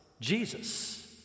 Jesus